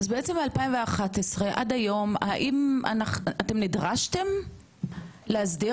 אז בעצם מ-2011 עד היום אתם נדרשתם להסדיר